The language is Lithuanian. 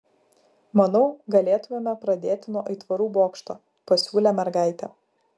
manau galėtumėme pradėti nuo aitvarų bokšto pasiūlė mergaitė